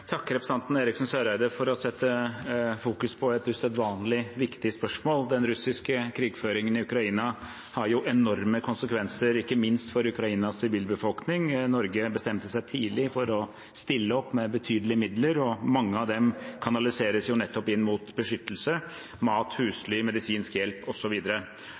representanten Eriksen Søreide for å fokusere på et usedvanlig viktig spørsmål. Den russiske krigføringen i Ukraina har jo enorme konsekvenser, ikke minst for Ukrainas sivilbefolkning. Norge bestemte seg tidlig for å stille opp med betydelige midler, og mange av dem kanaliseres jo nettopp inn mot beskyttelse, mat, husly, medisinsk hjelp